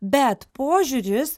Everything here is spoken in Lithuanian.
bet požiūris